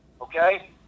okay